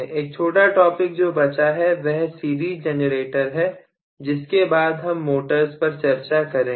एक छोटा टॉपिक जो बच गया है वह सीरीज जेनरेटर है जिसके बाद हम मोटर्स पर चर्चा करेंगे